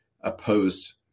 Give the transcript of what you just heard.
opposed